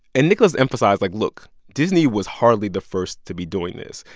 and nicholas emphasized, like, look. disney was hardly the first to be doing this.